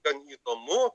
gan įdomu